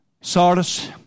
Sardis